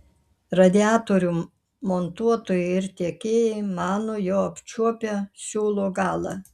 radiatorių montuotojai ir tiekėjai mano jau apčiuopę siūlo galą